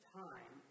time